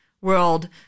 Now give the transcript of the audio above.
world